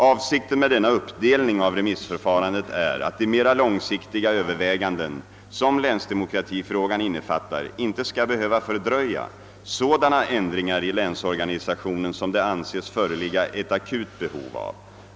Avsikten med denna uppdelning av remissförfarandet är att de mera långsiktiga överväganden som länsdemokratifrågan innefattar inte skall behöva fördröja sådana ändringar i länsorganisationen som det anses föreligga ett akut behov av.